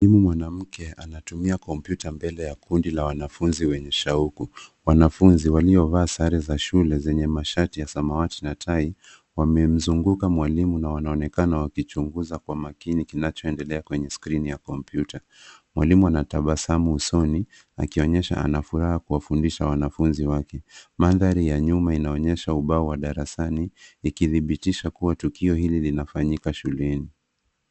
Huyu mwanamke anatumia kompyuta mbele ya kundi la wanafunzi wenye shauku .Wanafunzi waliovaa sare za shule zenye mashati ya samawati na tai wamemzunguka mwalimu na wanaonekana wakichunguza kwa makini kinachoendelea kwenye skrini ya kompyuta. Mwalimu anatabasamu usoni akionyesha anafuraha kuwafundisha wanafunzi wake. Mandhari ya nyuma inaonyesha ubao wa darasani ikidhibitisha kuwa tukio hili linafanyika shuleni.